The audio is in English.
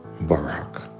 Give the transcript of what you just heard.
Barak